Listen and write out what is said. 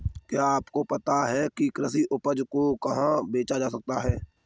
क्या आपको पता है कि कृषि उपज को कहाँ बेचा जा सकता है?